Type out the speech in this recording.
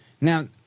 Now